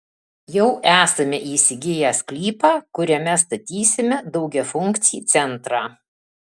jau esame įsigiję sklypą kuriame statysime daugiafunkcį centrą